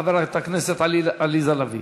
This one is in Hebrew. חברת הכנסת עליזה לביא.